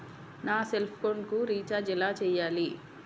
నా సెల్ఫోన్కు రీచార్జ్ ఎలా చేయాలి?